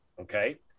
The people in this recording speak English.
Okay